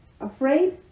afraid